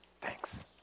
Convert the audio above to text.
Thanks